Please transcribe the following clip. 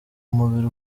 umubiri